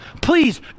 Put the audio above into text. Please